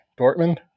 Dortmund